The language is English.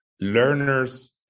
learners